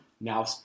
now